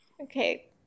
Okay